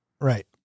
Right